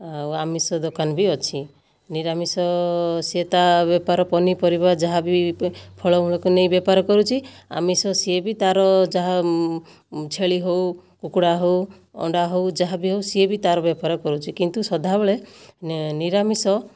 ଆଉ ଆମିଷ ଦୋକାନ ବି ଅଛି ନିରାମିଷ ସିଏ ତା' ବେପାର ପନିପରିବା ଯାହା ବି ଫଳମୂଳକୁ ନେଇ ବେପାର କରୁଛି ଆମିଷ ସିଏ ବି ତା'ର ଯାହା ଛେଳି ହେଉ କୁକୁଡ଼ା ହେଉ ଅଣ୍ଡା ହେଉ ଯାହା ବି ହେଉ ସିଏ ବି ତା'ର ବେପାର କରୁଛି କିନ୍ତୁ ସଦାବେଳେ ନିରାମିଷ